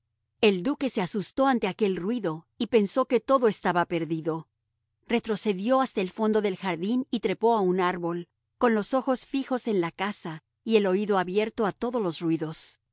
el duque se asustó ante aquel ruido y pensó que todo estaba perdido retrocedió hasta el fondo del jardín y trepó a un árbol con los ojos fijos en la casa y el oído abierto a todos los ruidos